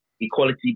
Equality